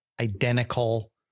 identical